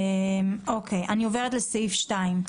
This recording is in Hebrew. אני עוברת לסעיף ׁ(2).